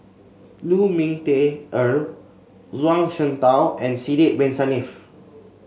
Lu Ming Teh Earl Zhuang Shengtao and Sidek Bin Saniff